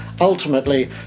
ultimately